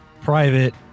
private